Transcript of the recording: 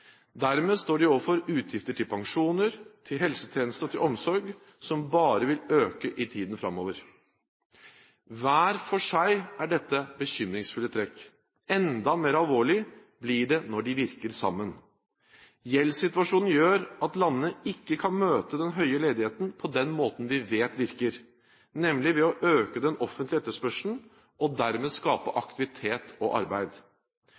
Dermed står de overfor utgifter til pensjoner, til helsetjenester og til omsorg, som bare vil øke i tiden framover. Hver for seg er dette bekymringsfulle trekk. Enda mer alvorlig blir det når de virker sammen. Gjeldssituasjonen gjør at landene ikke kan møte den høye ledigheten på den måten vi vet virker, nemlig ved å øke den offentlige etterspørselen og dermed skape aktivitet og arbeid.